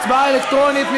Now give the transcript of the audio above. הצבעה אלקטרונית.